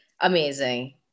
amazing